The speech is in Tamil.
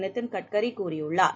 நிதின் கட்கரி கூறியுள்ளார்